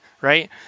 right